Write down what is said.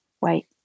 Wait